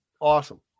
awesome